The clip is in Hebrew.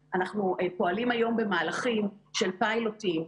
ומהבחינה הזאת אנחנו רואים בזה התקדמות